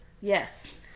Yes